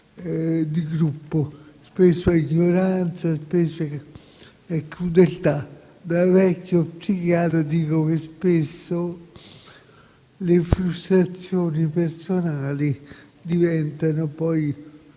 di gruppo. Spesso è ignoranza; spesso è crudeltà. Da vecchio psichiatra, dico che spesso le frustrazioni personali diventano poi